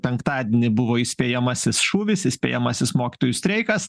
penktadienį buvo įspėjamasis šūvis įspėjamasis mokytojų streikas